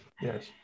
Yes